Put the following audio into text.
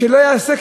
שלא ייעשה,